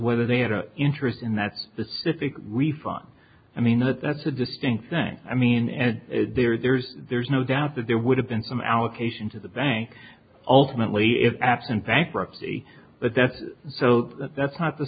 whether there are interest in that specific refund i mean that that's a distinct thing i mean and there's there's no doubt that there would have been some allocation to the bank ultimately if absent bankruptcy but that's so that that's not the